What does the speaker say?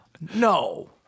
No